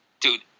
dude